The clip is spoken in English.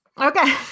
Okay